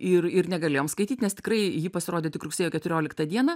ir ir negalėjom skaityt nes tikrai ji pasirodė tik rugsėjo keturioliktą dieną